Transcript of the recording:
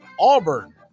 Auburn